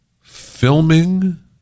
filming